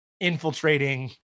infiltrating